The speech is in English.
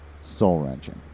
soul-wrenching